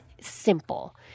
simple